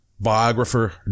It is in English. biographer